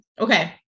Okay